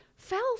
fell